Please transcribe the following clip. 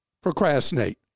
procrastinate